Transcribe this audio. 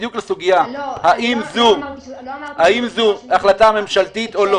בדיוק לסוגיה האם זו החלטה ממשלתית או לא.